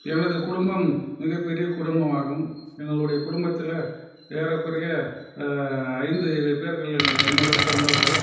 எனது குடும்பம் மிகப்பெரிய குடும்பமாகும் எங்களுடைய குடும்பத்தில் ஏறக்குறைய ஐந்து பேர்கள் என்னுடன் பிறந்தவர்கள்